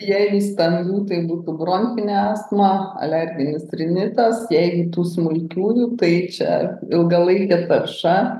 jeigu stambių tai būtų bronchinė astma alerginis rinitas jeigu tų smulkiųjų tai čia ilgalaikė tarša